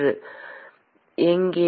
மாணவர் எங்கே